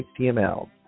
HTML